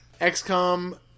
XCOM